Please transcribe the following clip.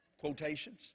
quotations